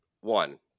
One